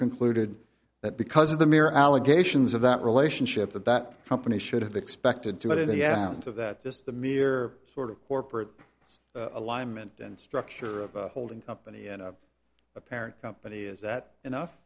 concluded that because of the mere allegations of that relationship that that company should have expected to put it in the end of that just the mere sort of corporate alignment and structure of holding up any end of a parent company is that enough